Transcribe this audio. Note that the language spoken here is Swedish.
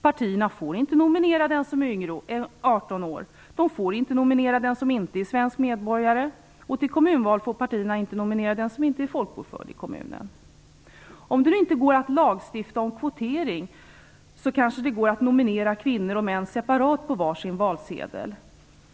Partierna får inte nominera den som är yngre än 18 år, de får inte nominera den som inte är svensk medborgare och till kommunval får de inte nominera den som inte är folkbokförd i kommunen. Om det nu inte går att lagstifta om kvotering kanske det går att nominera kvinnor och män separat på var sin valsedel.